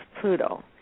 Pluto